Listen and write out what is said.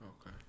Okay